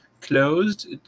closed